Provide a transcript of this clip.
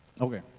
Okay